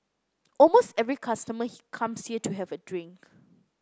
almost every customer comes here to have a drink